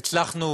אנחנו הצלחנו